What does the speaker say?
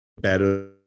better